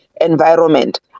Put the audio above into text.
environment